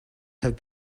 have